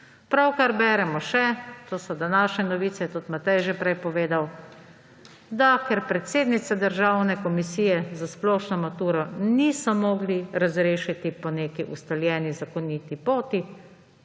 Pravkar beremo še, to so današnje novice, tudi Matej je že prej povedal, da ker predsednice Državne komisije za splošno maturo niso mogli razrešiti po neki ustaljeni zakoniti poti,